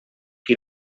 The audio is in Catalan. qui